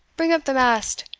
bring up the mast